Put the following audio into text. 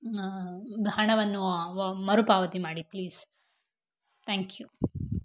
ಹಣವನ್ನು ವ ಮರುಪಾವತಿ ಮಾಡಿ ಪ್ಲೀಸ್ ಥ್ಯಾಂಕ್ ಯು